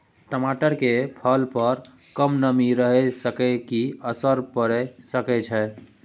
टमाटर के फसल पर कम नमी रहै से कि असर पैर सके छै?